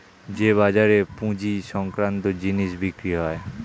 যে বাজারে পুঁজি সংক্রান্ত জিনিস বিক্রি হয়